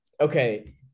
okay